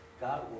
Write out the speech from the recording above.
God